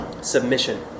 Submission